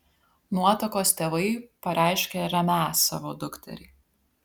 nuotakos tėvai pareiškė remią savo dukterį